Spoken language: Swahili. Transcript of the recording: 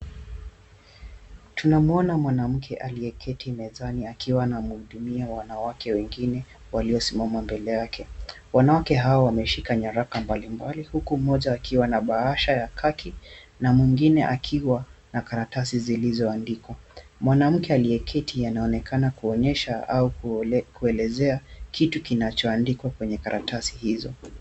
Tunamwona mwanamke aliyeketi mezani akiwa anamhudumia wanawake wengine waliosimama mbele yake. Wanawake hawa wameshika nyaraka mbalimbali huku mmoja akiwa na bahasha ya kaki na mwingine akiwa na karatasi zilizoandikwa. Mwanamke aliyeketi anaonekana kuonyesha au kuelezea kitu kinachoandikwa kwenye karatasi hizo.